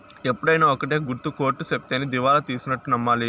ఎప్పుడైనా ఒక్కటే గుర్తు కోర్ట్ సెప్తేనే దివాళా తీసినట్టు నమ్మాలి